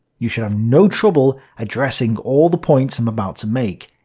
you should have no trouble addressing all the points i'm about to make.